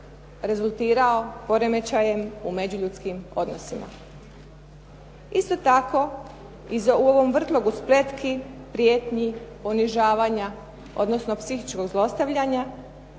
rezultirao poremećajem u međuljudskim odnosima. Isto tako, u ovom vrtlogu spletki, prijetnji, ponižavanja odnosno psihičkog zlostavljanja